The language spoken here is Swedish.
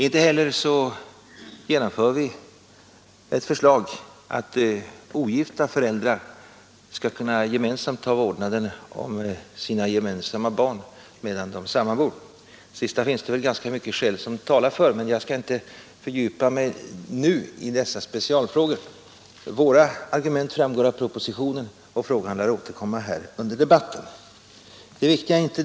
Inte heller genomför vi ett förslag att ogifta föräldrar skall kunna gemensamt ha vårdnaden om sina gemensamma barn medan de sammanbor. Det sistnämnda finns det väl ganska mycket som talar för, men jag skall inte fördjupa mig nu i specialfrågor. Våra argument framgår av propositionen, och frågan lär återkomma här under debatten.